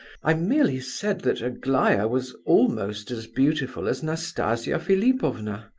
i merely said that aglaya was almost as beautiful as nastasia philipovna.